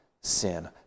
sin